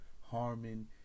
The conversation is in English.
Harmon